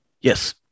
Yes